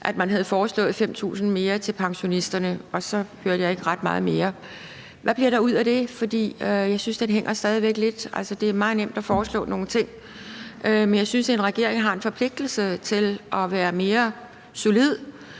at man havde foreslået 5.000 kr. mere til pensionisterne, og så hørte jeg ikke ret meget mere. Hvad bliver der ud af det? For jeg synes, den stadig væk hænger lidt. Altså, det er meget nemt at foreslå nogle ting, men jeg synes, at en regering har en forpligtelse til at være mere solid.